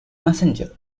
messenger